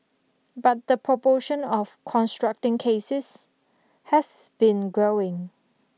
but the proportion of constructing cases has been growing